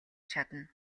чадна